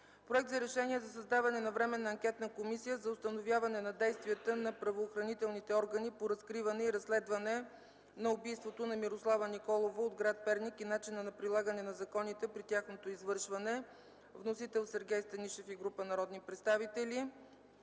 Проект за решение за създаване на Временна анкетна комисия за установяване на действията на правоохранителните органи по разкриване и разследване на убийството на Мирослава Николова от гр. Перник и начина на прилагане на законите при тяхното извършване. Вносители са Сергей Станишев и група народни представители.